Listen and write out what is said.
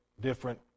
different